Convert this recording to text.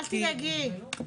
אל תדאגי.